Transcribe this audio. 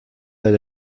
that